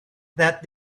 that